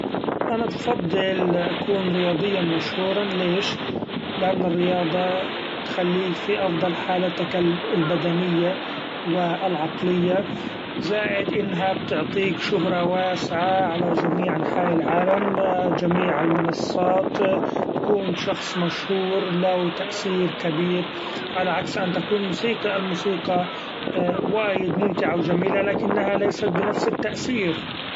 أنا بفضل أكون رياضيا مشهورا ليش ؛ لأن الرياضة تخليك في أفضل حالتك البدنية و العقلية زائد انها بتعطيك شهرة واسعة علي جميع أنحاء العالم جميع المنصات ، تكون شخص مشهور له تأثير كبير علي عكس أن تكون موسيقي ، الموسيقي وايد ممتعه و جميلة لكنها ليست بنفس التأثير.